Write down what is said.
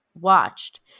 watched